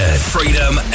Freedom